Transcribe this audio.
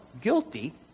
guilty